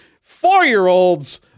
four-year-olds